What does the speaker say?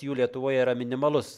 jų lietuvoje yra minimalus